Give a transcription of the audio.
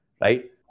Right